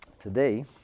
Today